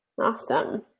Awesome